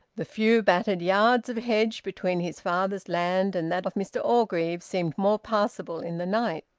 the few battered yards of hedge between his father's land and that of mr orgreave seemed more passable in the night.